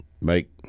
make